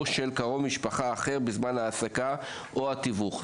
של קרוב משפחה אחר בזמן ההעסקה או התיווך.